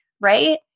right